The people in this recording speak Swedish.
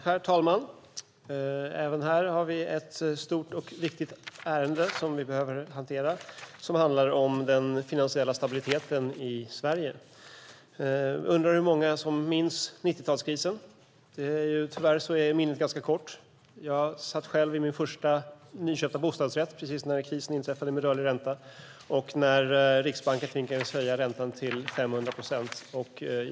Herr talman! Detta är ett stort och viktigt ärende att hantera. Det handlar om den finansiella stabiliteten i Sverige. Hur många minns 90-talskrisen? Minnet är tyvärr ganska kort. Jag satt i min första nyköpta bostadsrätt när krisen inträffade med rörlig ränta och när Riksbanken tvingades höja räntan med 500 procent.